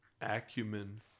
acumen